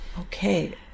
Okay